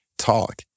Talk